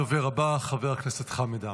הדובר הבא, חבר הכנסת חמד עמאר,